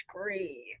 scream